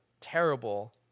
terrible